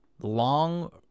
long